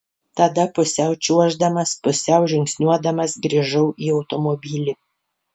tada pusiau čiuoždamas pusiau žingsniuodamas grįžau į automobilį